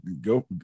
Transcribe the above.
go